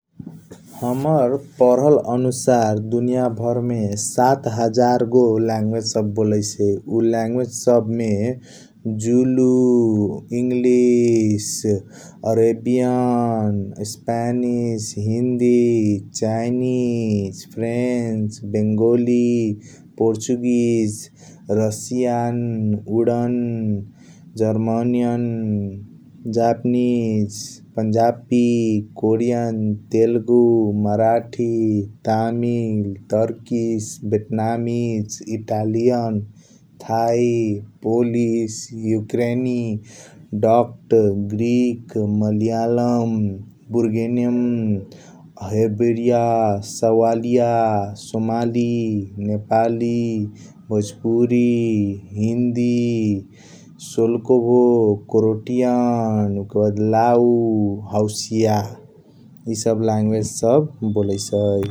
हमर परहल अनुसार दुनिया भरमे सात हजारगो लाङवेज सब बोलैसै ऊ लाङवेज सबमे Zulu English Arabian Spanish Hindi. Chinese French Bengali Portuguese Russian उड्न जरमनीयन Japanese Punjabi Korean Telugu Marathi Tamil Turkish Vietnamese Italian. Thai Polish युक्रेनी डकट ग्रीक मलियालम बुर्गेनियम हेबेरीयास सवालिया सोमाली नेपाली भोजपुरी हिन्दी सोलखुबु क्रोटियन उकेबाद लाउ हउसिया इ सब लाङवेज सब बोलैसई।